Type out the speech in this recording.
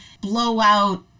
blowout